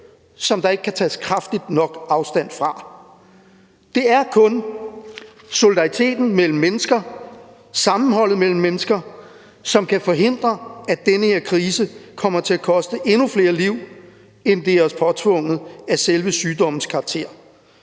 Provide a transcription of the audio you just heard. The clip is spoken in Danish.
som der ikke kan tages kraftigt nok afstand fra. Det er kun solidariteten mellem mennesker, sammenholdet mellem mennesker, som kan forhindre, at den her krise kommer til at koste endnu flere liv, end det er os påtvunget af selve sygdommens karakter.